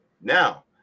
Now